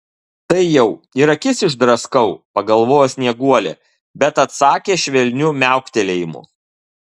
tai jau ir akis išdraskau pagalvojo snieguolė bet atsakė švelniu miauktelėjimu